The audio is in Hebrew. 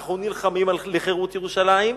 אנחנו נלחמים על חירות ירושלים,